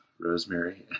Rosemary